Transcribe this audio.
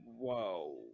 Whoa